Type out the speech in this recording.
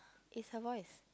it's her voice